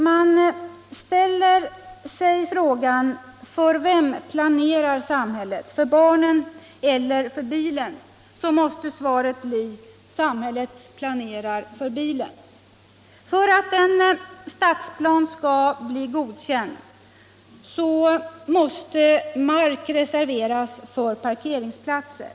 Jag ställer följande fråga: För vilka planerar samhället — för barnen eller för bilarna? Svaret måste bli: Samhället planerar för bilarna. För att en stadsplan skall bli godkänd måste mark reserveras för parkeringsplatser.